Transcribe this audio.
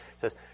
says